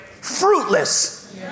fruitless